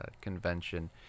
convention